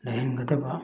ꯂꯩꯍꯟꯒꯗꯕ